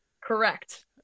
Correct